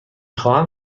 خواهم